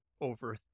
over